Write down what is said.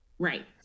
Right